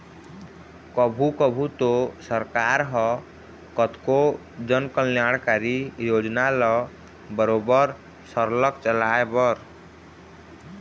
कभू कभू तो सरकार ह कतको जनकल्यानकारी योजना ल बरोबर सरलग चलाए बर